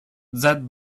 that